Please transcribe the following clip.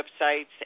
websites